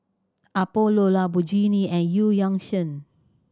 Apollo Lamborghini and Eu Yan Sang